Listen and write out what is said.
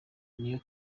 iyo